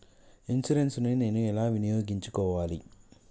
Insurance ని నేను ఎలా వినియోగించుకోవాలి?